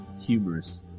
Humorous